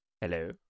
Hello